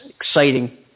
exciting